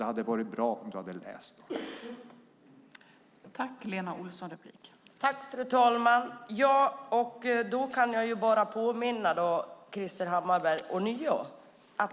Det hade varit bra om du hade läst dem.